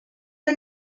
del